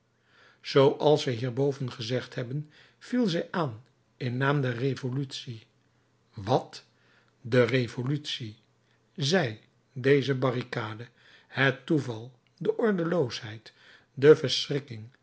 zooals wij hierboven gezegd hebben viel zij aan in naam der revolutie wat de revolutie zij deze barricade het toeval de ordeloosheid de